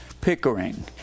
Pickering